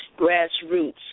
grassroots